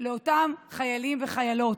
לאותם חיילים וחיילות?